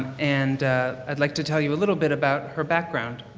and i'd like to tell you a little bit about her background.